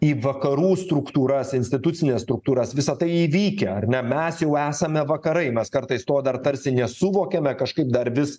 į vakarų struktūras institucines struktūras visa tai įvykę ar ne mes jau esame vakarai mes kartais to dar tarsi nesuvokiame kažkaip dar vis